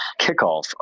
kickoff